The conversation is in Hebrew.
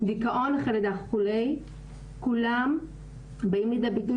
דיכאון לאחר לידה וכולי - כולם באים לידי ביטוי